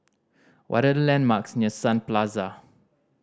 what are the landmarks near Sun Plaza